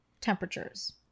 temperatures